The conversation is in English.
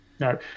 No